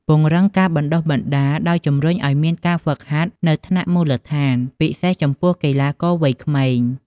ពង្រឹងការបណ្ដុះបណ្ដាល ដោយជំរុញឲ្យមានការហ្វឹកហាត់នៅថ្នាក់មូលដ្ឋាន ពិសេសចំពោះកីឡាករវ័យក្មេង។